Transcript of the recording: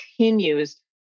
continues